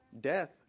death